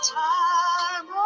time